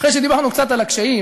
אחרי שדיברנו קצת על הקשיים,